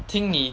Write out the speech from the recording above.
听你